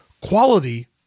quality